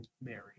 Mary